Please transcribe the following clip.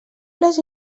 les